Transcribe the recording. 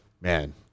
man